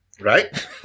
Right